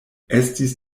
estis